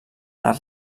les